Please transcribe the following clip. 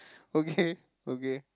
okay okay